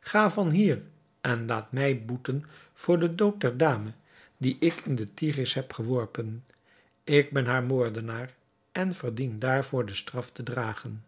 ga van hier en laat mij boeten voor den dood der dame die ik in den tigris heb geworpen ik ben haar moordenaar en verdien daarvoor de straf te dragen